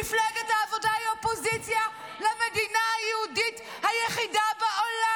מפלגת העבודה היא אופוזיציה למדינה היהודית היחידה בעולם.